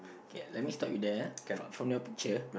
K let me start with the from from the picture